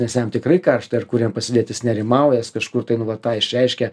nes jam tikrai karšta ir kur jam pasidėt jis nerimauja jis kažkur tai nu va tą išreiškia